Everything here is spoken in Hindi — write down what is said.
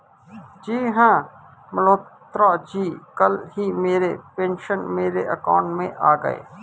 जी हां मल्होत्रा जी कल ही मेरे पेंशन मेरे अकाउंट में आ गए